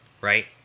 right